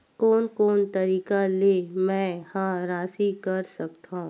कोन कोन तरीका ले मै ह राशि कर सकथव?